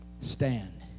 stand